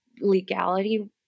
legality